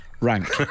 rank